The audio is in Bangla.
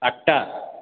আটটা